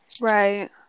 Right